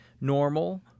normal